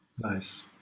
nice